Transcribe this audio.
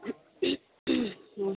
हूँ